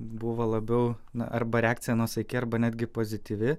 buvo labiau na arba reakcija nuosaiki arba netgi pozityvi